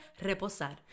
Reposar